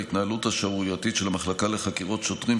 להתנהלות השערורייתית של המחלקה לחקירת שוטרים,